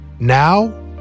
Now